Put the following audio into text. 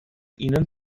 ihnen